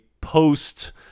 post